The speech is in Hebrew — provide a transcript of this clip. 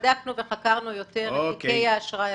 בדקנו וחקרנו יותר את תיקי האשראי,